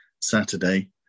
Saturday